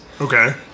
Okay